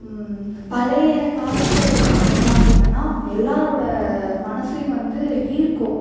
பழைய காலத்தில் உள்ள சாங்ஸெலாம் வந்து என்னென்னா எல்லாேரோட மனதையும் வந்து ஈர்க்கும்